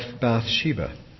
Bathsheba